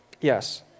yes